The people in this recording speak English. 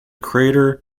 crater